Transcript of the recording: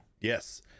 yes